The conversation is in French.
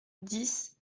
dix